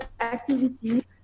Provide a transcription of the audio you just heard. activities